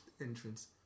entrance